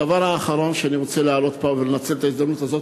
הדבר האחרון שאני רוצה להעלות פה ולנצל את ההזדמנות הזאת,